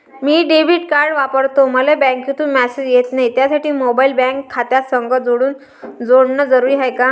मी debit card वापरतो मले बँकेतून मॅसेज येत नाही, त्यासाठी मोबाईल बँक खात्यासंग जोडनं जरुरी हाय का?